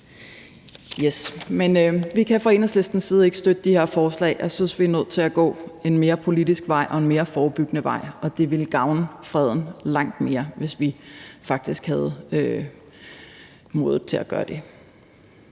side ikke støtte de her forslag. Jeg synes, at vi er nødt til at gå en mere politisk vej og en mere forebyggende vej, og det ville gavne freden langt mere, hvis vi faktisk havde modet til at gøre det.